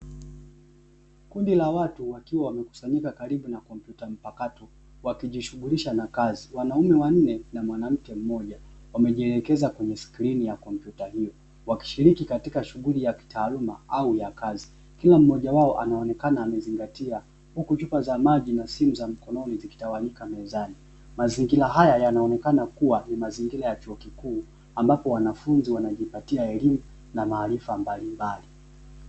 Kundi la watu wakiwa wamekusanyika karibu na kompyuta mpakato wakijishughulisha na kazi, wanaume wanne na mwanamke mmoja wamejielekeza kwenye skrini ya kompyuta hiyo wakishiriki katika shughuli ya kitaaluma au ya kazi kila mmoja wao anaonekana amezingatia huku chupa za maji na simu za mkononi zikitawanyika mezani, mazingira haya yanaonekana kuwa ni mazingira ya chuo kikuu ambapo wanafunzi wanajipatia elimu na maarifa mbalimbali.